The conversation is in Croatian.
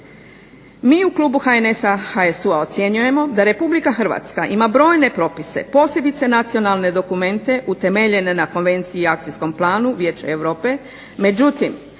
Mi u klubu HNS-HSU-a ocjenjujemo da RH ima brojne propise, posebice nacionalne dokumente utemeljene na konvenciji i akcijskom planu Vijeća Europe, međutim,